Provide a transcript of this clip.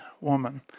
woman